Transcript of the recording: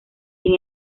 sin